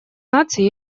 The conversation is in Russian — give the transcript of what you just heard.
наций